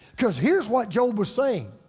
cause here's what job was saying.